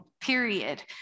period